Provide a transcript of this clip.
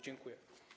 Dziękuję.